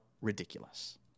ridiculous